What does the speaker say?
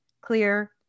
clear